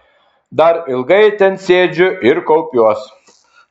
dar ilgai ten sėdžiu ir kaupiuos